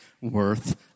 worth